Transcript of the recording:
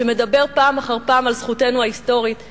שמדבר פעם אחר פעם על זכותנו ההיסטורית,